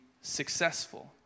successful